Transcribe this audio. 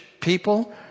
people